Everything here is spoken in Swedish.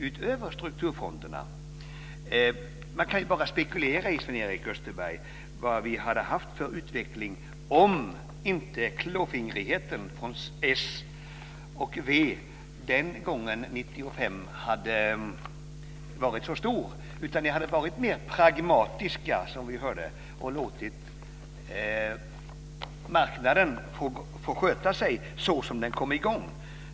Sven-Erik Österberg, man kan bara spekulera i vilken utveckling vi skulle ha haft om inte klåfingrigheten från Socialdemokraternas och Vänsterpartiets sida den gången, alltså år 1995, hade varit så stor och om ni i stället hade varit mer pragmatiska och låtit marknaden få sköta sig själv så som den kom i gång.